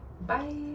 bye